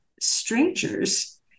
strangers